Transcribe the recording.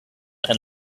and